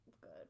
good